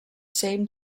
same